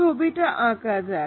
ছবিটা আঁকা যাক